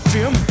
Jim